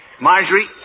Marjorie